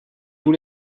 tous